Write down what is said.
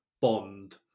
bond